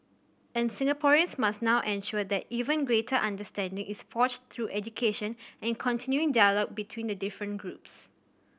and Singaporeans must now ensure that even greater understanding is forged through education and continuing dialogue between the different groups